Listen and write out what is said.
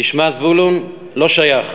תשמע, זבולון, לא שייך.